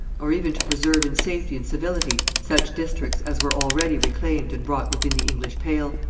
or even to preserve in safety and civility such districts as were already reclaimed and brought within the english pale.